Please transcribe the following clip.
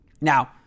Now